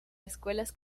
escuelas